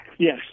Yes